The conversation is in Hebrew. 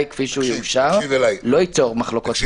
כפי שהוא יאושר לא ייצור מחלוקות נוספות.